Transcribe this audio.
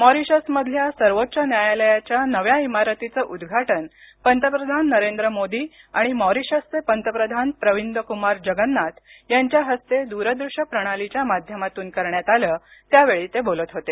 मॉरीशसमधल्या सर्वोच्च न्यायालयाच्या नव्या इमारतीचं उद्घाटन पंतप्रधान नरेंद्र मोदी आणि मॉरीशसचे पंतप्रधान प्रविंद कुमार जगन्नाथ यांच्या हस्ते द्रदृश्य प्रणालीच्या माध्यमातून करण्यात आलं त्यावेळी ते बोलत होते